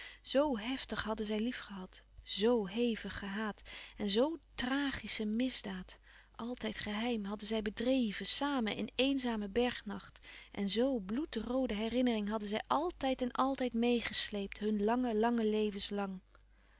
zoo heftig hadden zij lief gehad zoo hevig gehaat en zoo tragische misdaad altijd geheim hadden zij bedreven samen in eenzamen bergnacht en zoo bloedroode herinnering hadden zij altijd en altijd meêgesleept hunne lange lange